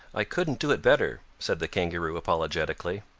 i couldn't do it better, said the kangaroo apologetically.